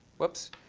whoops,